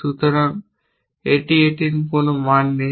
সুতরাং এটি এটির কোন মান নেই